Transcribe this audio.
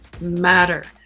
matter